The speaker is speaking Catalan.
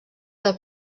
del